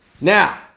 Now